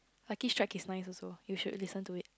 Lucky Strike is nice also you should listen to it